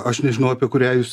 aš nežinau apie kurią jūs